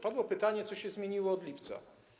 Padło pytanie: Co się zmieniło od lipca?